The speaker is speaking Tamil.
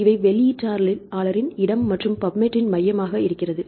இவை வெளியீட்டாளரின் இடம் அல்லது பப்மெட்டின் மையமாக இருக்கிறது